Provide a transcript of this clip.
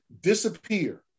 disappear